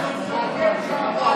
(חבר הכנסת משה אבוטבול